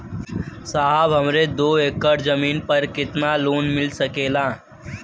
साहब हमरे दो एकड़ जमीन पर कितनालोन मिल सकेला?